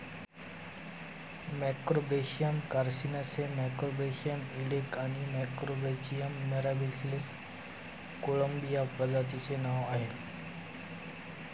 Macrobrachium carcinus हे Macrobrachium इडेक आणि मॅक्रोब्रॅचियम मिराबिलिस कोळंबी या प्रजातींचे नाव आहे